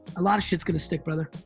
a lotta shit's gonna stick, brother.